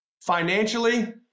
financially